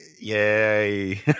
Yay